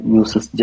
uses